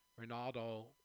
Ronaldo